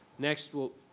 next we'll,